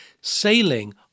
sailing